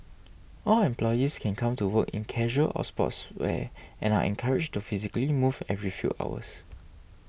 all employees can come to work in casual or sportswear and are encouraged to physically move every few hours